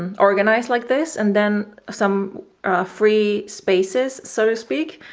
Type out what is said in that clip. and organized like this and then some free spaces, so to speak,